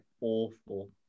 awful